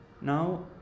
Now